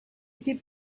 give